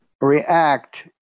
react